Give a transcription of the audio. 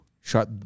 shot